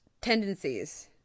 tendencies